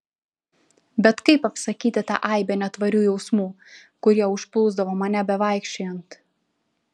bet kaip apsakyti tą aibę netvarių jausmų kurie užplūsdavo mane bevaikščiojant